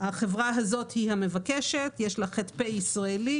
החברה הזאת היא המבקשת, יש לה ח"פ ישראלי.